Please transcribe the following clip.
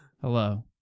Hello